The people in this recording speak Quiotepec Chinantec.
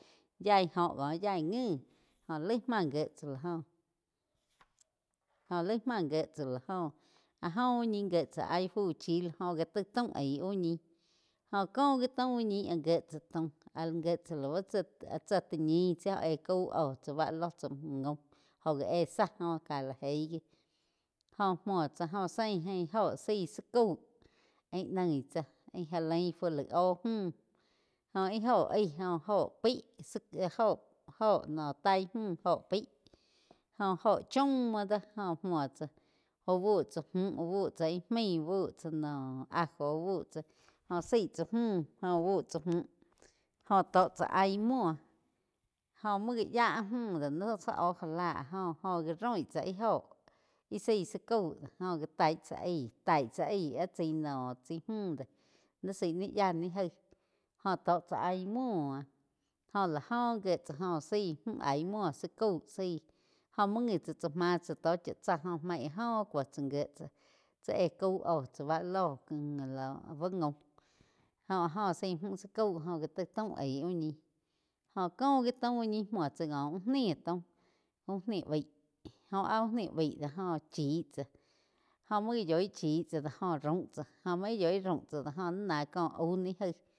Yaí óh có yaí ngui jo laig máh gíe tsá la joh. Jo laih máh gíe tsá la joh áh óh áh úh ñi gie tsá áh ih fu chí loh joh gá taig taum aig úh ñih jo kóh gi taum úh ñih áh gie tsá taum áh gie tsá lau tsá. Tsá ti ñih tsio éh caú óh chá ba ló tsá gaúm jóh éh záh go cá lá eig gi óh múo tsá jo zein áin óho zái zá caú íh noi tsáh íh já lain fu laíh óhh múh óh hi óho aih óhh jo óhh pai sa óho no tain múh óho pai jóh óh chaum muo doh óh múo tsáh úh bu tsá múh úh bu tsá íh maig úh bu tsá noh ajo úh buh tsá jó zái tsá múh jó úh búh tsá muj jó tóh chá aí muo jo muo gá yá áh múh doh ni zá óh gá lá áh oh joh já rói tsá íh óho íh zaí zá cau jó gá taí cha aí taí cha aíg áh chai noh cjaí múh do ní saig ni yáh ni gái óh tó chá aí múo. Oh la óh gie tsá jo zaí mu áih múo záh cau zaí joh muo ngi tsá tsá máh tsá tó cha tsá joh maig áh óh cúo tsá gie tsá tsi éh cau óh chá bá loh bá gaum óh áh joh zaí mju zá cau joh gá taig tau aih úh ñih joh có gi tau uh ñi muo tsá có úh nih taum. Uh ni baíg jó áh úh ni baig do joh chi tsá joh múo gá yoi chih tsá do jo raum tsá jo main yoi raum tsá do joh ni náh có au ni gaí.